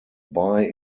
bye